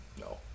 No